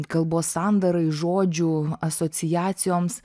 kalbos sandarai žodžių asociacijoms